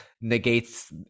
negates